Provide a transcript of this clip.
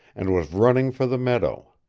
and was running for the meadow.